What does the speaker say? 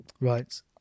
Right